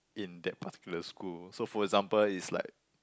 in that particular school so for example it's like